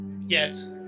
Yes